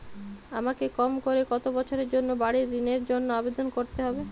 আমাকে কম করে কতো বছরের জন্য বাড়ীর ঋণের জন্য আবেদন করতে হবে?